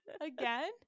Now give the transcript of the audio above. Again